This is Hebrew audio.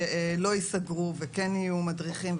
שלא ייסגרו וכן יהיו מדריכים,